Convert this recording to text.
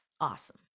Awesome